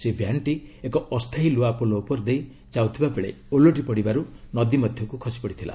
ସେହି ଭ୍ୟାନ୍ଟି ଏକ ଅସ୍ଥାୟୀ ଲୁହା ପୋଲ ଉପର ଦେଇ ଯାଉଥିବା ବେଳେ ଓଲଟି ପଡ଼ିବାରୁ ନଦୀ ମଧ୍ୟକୁ ଖସି ପଡ଼ିଥିଲା